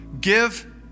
give